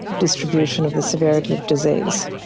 distribution of the severity of disease.